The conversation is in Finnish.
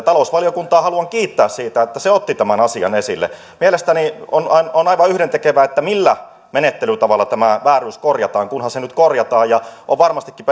talousvaliokuntaa haluan kiittää siitä että se otti tämän asian esille mielestäni on on aivan yhdentekevää millä menettelytavalla tämä vääryys korjataan kunhan se nyt korjataan ja on varmastikin